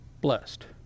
blessed